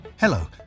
Hello